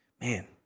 man